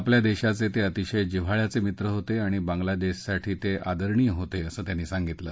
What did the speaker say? आपल्या देशाचे ते अतिशय जिव्हाळ्याचे मित्र होते आणि बांगलादेशसाठी ते आदरणीय होते असं त्यांनी सांगितलं